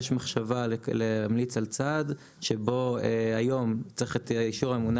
יש מחשבה להמליץ על צעד שבו היום צריך את אישור הממונה